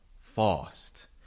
fast